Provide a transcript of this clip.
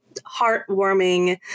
heartwarming